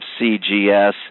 CGS